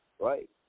Right